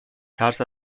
ترس